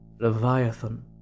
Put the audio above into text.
Leviathan